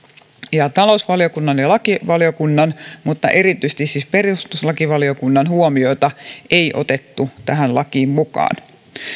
ja talousvaliokunnan ja lakivaliokunnan mutta erityisesti siis perustuslakivaliokunnan huomioita ei otettu tähän lakiin mukaan